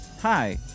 hi